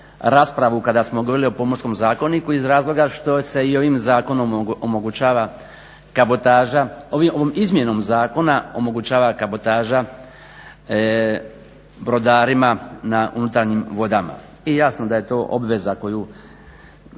raspravu kada smo govorili o Pomorskom zakoniku iz razloga što se i ovim zakonom omogućava kabotaža, ovom izmjenom zakona, omogućava kabotaža brodarima na unutarnjim vodama. Jasno da je to obveza koju